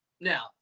now